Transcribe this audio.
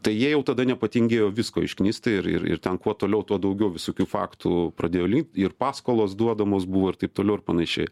tai jie jau tada nepatingėjo visko išknist tai ir ir ir ten kuo toliau tuo daugiau visokių faktų pradėjo lyt ir paskolos duodamos buvo ir taip toliau ir panašiai